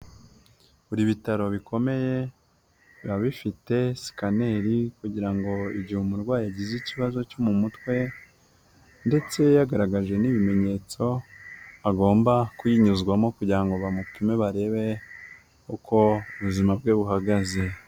Buri bitaro bikomeye biba bifite sikaneri kugira ngo igihe umurwayi agize ikibazo cyo mu mutwe ndetse yagaragaje n'ibimenyetso, agomba kuyinyuzwamo kugira ngo bamupime barebe uko ubuzima bwe buhagaze.